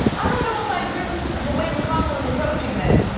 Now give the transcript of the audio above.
i don't know if i agree with the way mcconnell is approaching this.